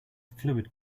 fluid